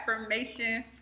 affirmation